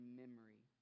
memory